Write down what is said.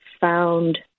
found